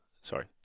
sorry